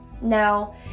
Now